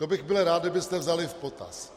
To bych byl rád, kdybyste vzali v potaz.